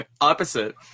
Opposite